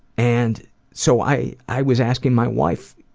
and so i i was asking my wife,